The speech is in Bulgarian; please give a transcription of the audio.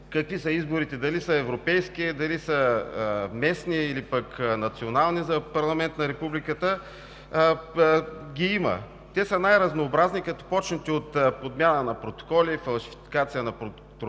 какви са изборите – дали са европейски, дали са местни или национални, за парламент на републиката, ги има. Те са най разнообразни, като започнете от подмяна на протоколи, фалшификация на протоколите,